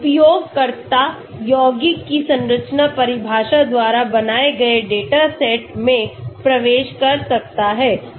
उपयोगकर्ता यौगिकों की संरचना परिभाषा द्वारा बनाए गए डेटा सेट में प्रवेश कर सकता है